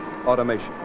Automation